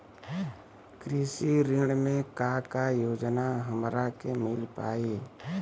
कृषि ऋण मे का का योजना हमरा के मिल पाई?